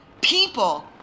People